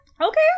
Okay